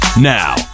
Now